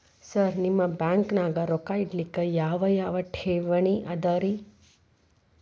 Sir ನಿಮ್ಮ ಬ್ಯಾಂಕನಾಗ ರೊಕ್ಕ ಇಡಲಿಕ್ಕೆ ಯಾವ್ ಯಾವ್ ಠೇವಣಿ ಅವ ರಿ?